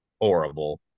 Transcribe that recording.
horrible